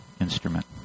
instrument